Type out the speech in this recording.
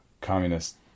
communist